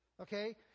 Okay